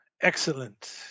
Excellent